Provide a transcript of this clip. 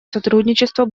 сотрудничество